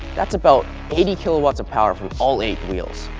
that's about eighty kilowatts of power from all eight wheels.